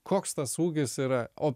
koks tas ūgis yra o